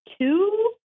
two